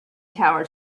tower